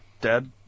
Dead